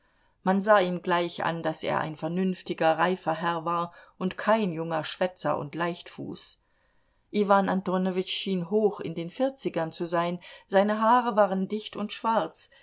man sah ihm gleich an daß er ein vernünftiger reifer herr war und kein junger schwätzer und leichtfuß iwan antonowitsch schien hoch in den vierzigern zu sein seine haare waren dicht und schwarz